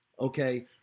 okay